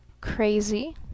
crazy